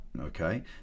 okay